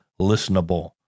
listenable